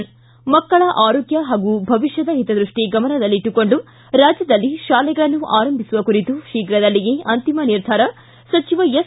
ಿ ಮಕ್ಕಳ ಆರೋಗ್ಯ ಹಾಗೂ ಭವಿಷ್ಣದ ಹಿತದೃಷ್ಟಿ ಗಮನದಲ್ಲಿಟ್ಟುಕೊಂಡು ರಾಜ್ಯದಲ್ಲಿ ಶಾಲೆಗಳನ್ನು ಆರಂಭಿಸುವ ಕುರಿತು ಶೀಘ್ರದಲ್ಲಿಯೇ ಅಂತಿಮ ನಿರ್ಧಾರ ಸಚಿವ ಎಸ್